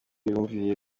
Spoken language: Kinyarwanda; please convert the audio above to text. yumviye